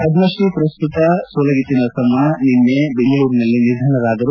ಪದ್ಮಶ್ರೀ ಮರಸ್ಟತ ಸೂಲಗಿತ್ತಿ ನರಸಮ್ಮ ನಿನ್ನೆ ಬೆಂಗಳೂರಿನಲ್ಲಿ ನಿಧನರಾದರು